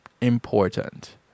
Important